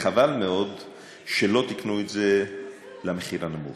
חבל מאוד שלא תיקנו את זה למחיר הנמוך,